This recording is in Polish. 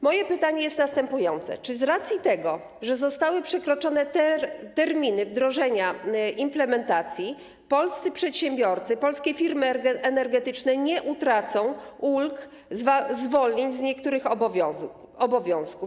Moje pytanie jest następujące: Czy z racji tego, że zostały przekroczone terminy wdrożenia implementacji, polscy przedsiębiorcy, polskie firmy energetyczne nie utracą ulg, zwolnień z niektórych obowiązków?